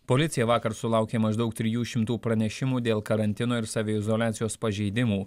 policija vakar sulaukė maždaug trijų šimtų pranešimų dėl karantino ir saviizoliacijos pažeidimų